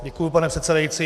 Děkuji, pane předsedající.